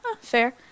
Fair